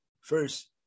First